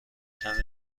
کمی